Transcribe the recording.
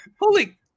Holy